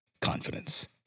confidence